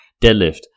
deadlift